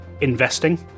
investing